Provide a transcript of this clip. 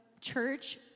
church